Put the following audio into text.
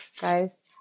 guys